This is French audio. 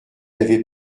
avait